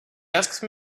asked